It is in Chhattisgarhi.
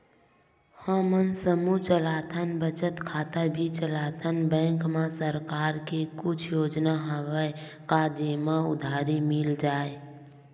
हमन समूह चलाथन बचत खाता भी चलाथन बैंक मा सरकार के कुछ योजना हवय का जेमा उधारी मिल जाय?